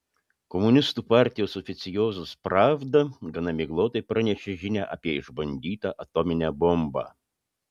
komunistų partijos oficiozas pravda gana miglotai pranešė žinią apie išbandytą atominę bombą